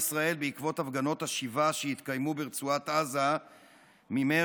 ישראל בעקבות הפגנות השיבה שהתקיימו ברצועת עזה ממרץ